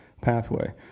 pathway